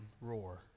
roar